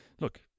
Look